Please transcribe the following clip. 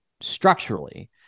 structurally